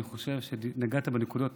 אני חושב שנגעת בנקודות